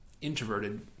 introverted